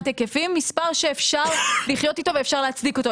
היקפים מספר שאפשר לחיות איתו ואפשר להצדיק אותו.